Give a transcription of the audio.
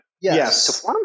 Yes